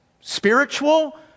spiritual